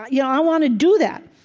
ah yeah i want to do that.